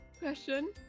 question